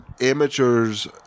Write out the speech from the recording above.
amateurs